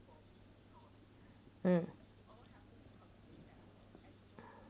mm